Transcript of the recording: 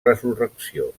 resurrecció